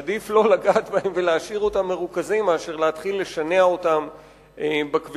עדיף לא לגעת בהם ולהשאיר אותם מרוכזים מאשר להתחיל לשנע אותם בכבישים,